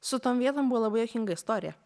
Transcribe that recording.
su tom vietom buvo labai juokinga istorija